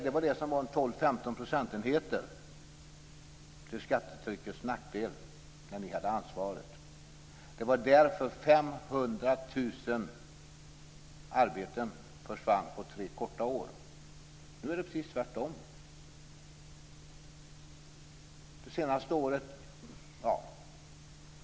Det var 12-15 procentenheter till skattetryckets nackdel när ni hade ansvaret. Det var därför 500 000 arbeten försvann på tre korta år. Nu är det precis tvärtom.